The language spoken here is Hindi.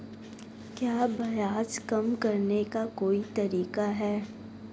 क्या ब्याज कम करने का कोई तरीका है?